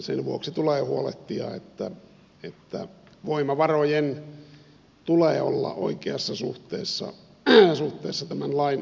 sen vuoksi tulee huolehtia että voimavarojen tulee olla oikeassa suhteessa tämän lain asettamiin vaatimuksiin